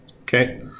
Okay